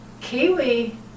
kiwi